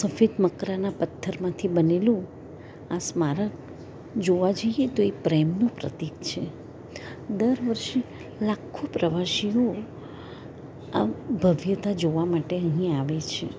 સફેદ મકરાના પથ્થરમાંથી બનેલું આ સ્મારક જોવા જઇએ તો પ્રેમનું પ્રતિક છે દર વર્ષે લાખો પ્રવાસીઓ આ ભવ્યતા જોવા માટે અહીં આવે છે